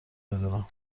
بدونم